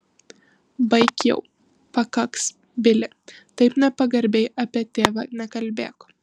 baik jau pakaks bili taip nepagarbiai apie tėvą nekalbėk